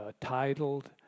titled